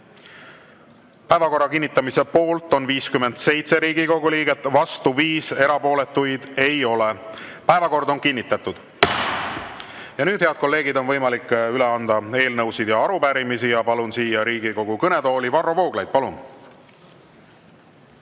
Päevakorra kinnitamise poolt on 57 Riigikogu liiget, vastu 5, erapooletuid ei ole. Päevakord on kinnitatud. Nüüd, head kolleegid, on võimalik üle anda eelnõusid ja arupärimisi. Palun siia Riigikogu kõnetooli Varro Vooglaiu. Palun!